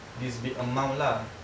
this big amount lah